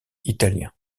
italiens